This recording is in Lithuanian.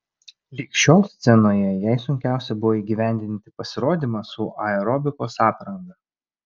lig šiol scenoje jai sunkiausia buvo įgyvendinti pasirodymą su aerobikos apranga